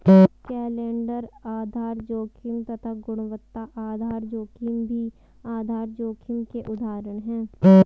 calendar आधार जोखिम तथा गुणवत्ता आधार जोखिम भी आधार जोखिम के उदाहरण है